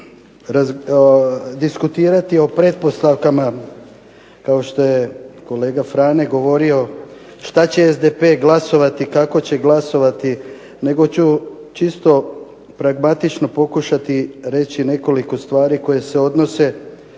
neću diskutirati o pretpostavkama kao što je kolega Frane govorio što će SDP glasovati kako će glasovati, nego ću čisto pragmatično reći nekoliko stvari koje se odnose